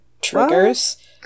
triggers